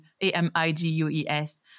A-M-I-G-U-E-S